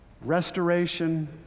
restoration